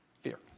fear